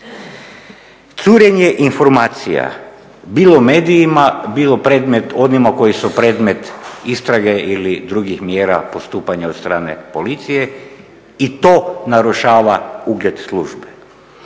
Curenje informacija, bilo medijima, bilo onima koji su predmet istrage ili drugih mjera postupanja od strane policije i to narušava ugled službe.